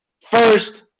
First